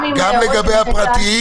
גם עם ההערות של נכי צה"ל,